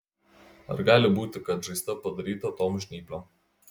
ar gali būti kad žaizda padaryta tom žnyplėm